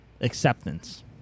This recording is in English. acceptance